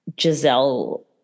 Giselle